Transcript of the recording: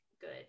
good